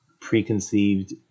preconceived